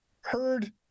heard